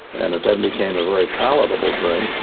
and it then became a very palatable drink